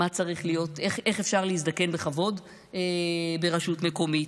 אני יודעת איך אפשר להזדקן בכבוד ברשות מקומית.